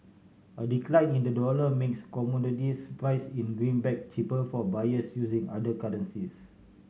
a decline in the dollar makes commodities priced in the greenback cheaper for buyers using other currencies